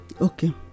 Okay